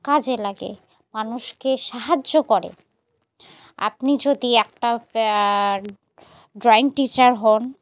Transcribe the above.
কাজে লাগে মানুষকে সাহায্য করে আপনি যদি একটা ড্রয়িং টিচার হন